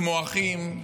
כמו אחים,